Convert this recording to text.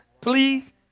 please